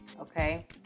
okay